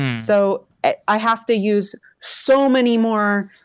so i i have to use so many more,